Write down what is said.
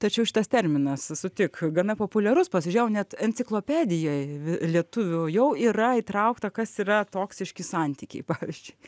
tačiau šitas terminas sutik gana populiarus pasižiūrėjau net enciklopedijoj lietuvių jau yra įtraukta kas yra toksiški santykiai pavyzdžiui